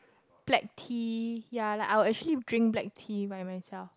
black tea ya like I will actually drink black tea by myself